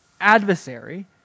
adversary